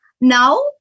now